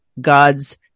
God's